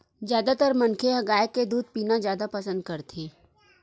जादातर मनखे ह गाय के दूद पीना जादा पसंद करथे